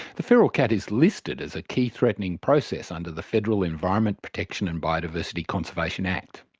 the feral cat is listed as a key threatening process under the federal environment protection and biodiversity conservation act.